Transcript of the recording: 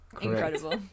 Incredible